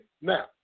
now